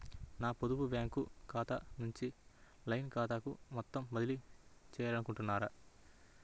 నా పొదుపు బ్యాంకు ఖాతా నుంచి లైన్ ఖాతాకు మొత్తం బదిలీ చేయాలనుకుంటున్నారా?